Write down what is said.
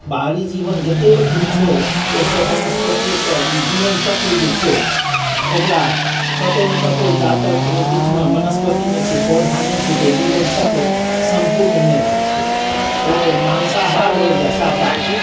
बाहरी जीवन जते भी छै ओसब वनस्पतियेपर ई जीवन चक्र जे छै ओकरा कतौ ने कतौ जा तक ओइ बीचमे वनस्पति नहि छै पौधा नहि छै तऽ ओ जीवन चक्र सम्पूर्ण नहि होइ छै ओ मांसाहार होइ या शाकाहार